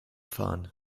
fahren